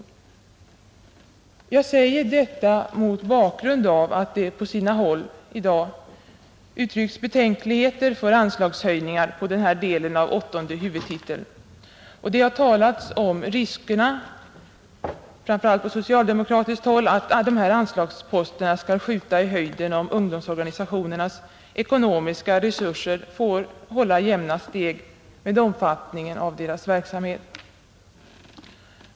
Jag säger detta mot bakgrund av att det på sina håll uttryckts betänkligheter mot anslagshöjningar på den här delen av åttonde huvudtiteln och talats — framför allt från socialdemokratiskt håll — om riskerna för att anslagsposterna skall skjuta i höjden, om ungdomsorganisationernas ekonomiska resurser får hålla jämna steg med omfattningen av deras verksamhet.